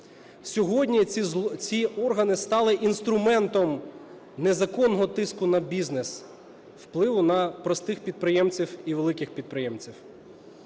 Сьогодні ці органи стали інструментом незаконного тиску на бізнес, впливу на простих підприємців і великих підприємців.